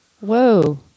Whoa